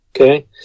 Okay